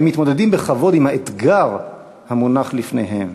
הם מתמודדים בכבוד עם האתגר המונח לפניהם.